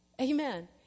Amen